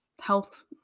health